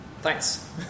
Thanks